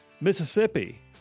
Mississippi